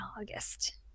August